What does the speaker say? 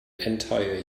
entire